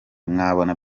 mwabona